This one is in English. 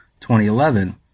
2011